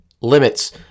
limits